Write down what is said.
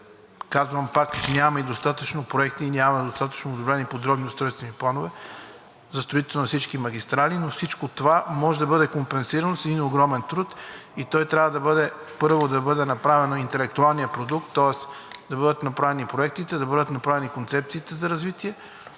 Казвам пак, че нямаме и достатъчно проекти и нямаме достатъчно обявени подробни устройствени планове за строителството на всички магистрали. Всичко това може да бъде компенсирано с един огромен труд и той трябва, първо, да бъде направен интелектуалният продукт, тоест да бъдат направени проектите, да бъдат направени концепциите за развитие.